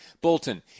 Bolton